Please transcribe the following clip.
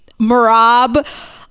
Marab